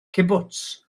cibwts